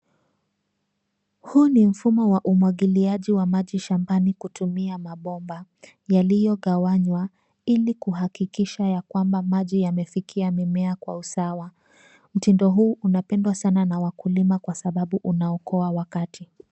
Huu ni mfumo wa umwagiliaji maji shambani kutumia mabomba yaliyogawanywa ili kuhakikisha ya kwamba maji yamefikia mimea kwa usawa. Mtindo huu unapendwa sana na wakulima kwa sababu unaokoa wakati.